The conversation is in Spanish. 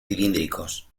cilíndricos